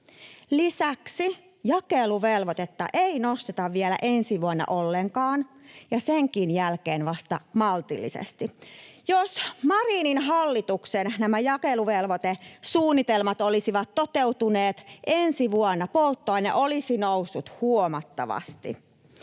Lisäksi jakeluvelvoitetta ei nosteta vielä ensi vuonna ollenkaan ja senkin jälkeen vasta maltillisesti. Jos Marinin hallituksen jakeluvelvoitesuunnitelmat olisivat toteutuneet, ensi vuonna polttoaineen hinta olisi noussut huomattavasti.